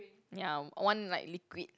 ya one like liquid